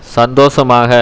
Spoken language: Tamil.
சந்தோஷமாக